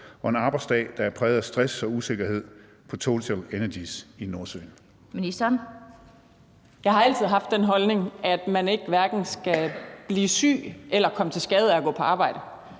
og en arbejdsdag, der er præget af stress og usikkerhed, på TotalEnergies i Nordsøen?